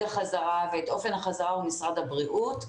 החזרה ואת אופן החזרה הוא משרד הבריאות.